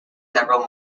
several